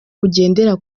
bugendera